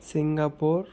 Singapore